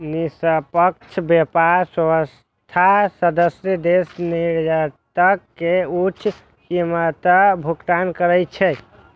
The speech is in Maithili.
निष्पक्ष व्यापार व्यवस्थाक सदस्य देश निर्यातक कें उच्च कीमतक भुगतान करै छै